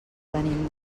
venim